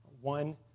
one